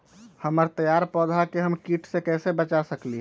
हमर तैयार पौधा के हम किट से कैसे बचा सकलि ह?